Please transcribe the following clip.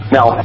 Now